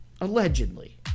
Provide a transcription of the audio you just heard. Allegedly